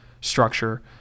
structure